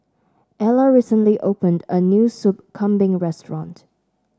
Ellar recently opened a new Soup Kambing restaurant